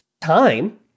time